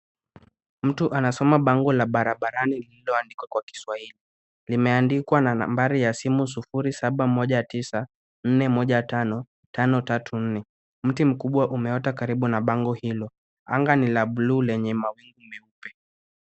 Mtu anasoma bango la barabarani lililoandikwa kwa kiswahili, limeandikwa na nambari ya simu sufuri saba moja tisa nne moja tano tano tatu nne. Mti mkubwa umeota karibu na bango hilo, anga ni la bluu lenye mawingu meupe.